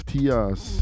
Tias